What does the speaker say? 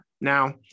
now